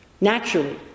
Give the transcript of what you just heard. Naturally